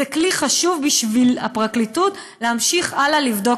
זה כלי חשוב בשביל הפרקליטות להמשיך הלאה לבדוק